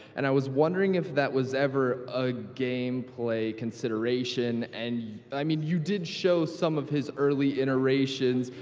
and i was wondering if that was ever a gameplay consideration. and but i mean, you did show some of his early iterations,